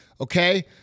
Okay